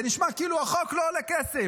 זה נשמע כאילו החוק לא עולה כסף.